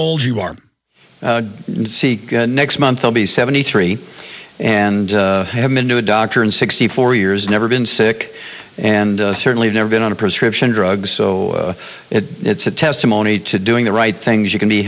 old you are seek next month i'll be seventy three and have been to a doctor in sixty four years never been sick and certainly never been on a prescription drugs so if it's a testimony to doing the right things you can be